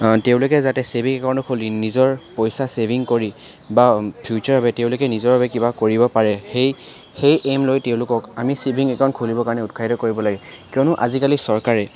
তেওঁলোকে যাতে ছেভিং একাউণ্টটো খুলি নিজৰ পইচা ছেভিং কৰি বা ফিউচাৰৰ বাবে তেওঁলোকে নিজৰ বাবে কিবা কৰিব পাৰে সেই সেই এইম লৈ তেওঁলোকক আমি ছেভিং একাউণ্ট খুলিবৰ কাৰণে উৎসাহিত কৰিব লাগে কিয়নো আজিকালি চৰকাৰে